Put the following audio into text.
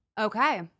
Okay